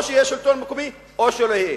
או שיש שלטון מקומי, או שלא יהיה.